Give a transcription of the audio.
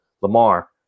Lamar